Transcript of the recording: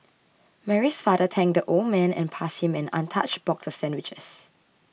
Mary's father thanked the old man and passed him an untouched box of sandwiches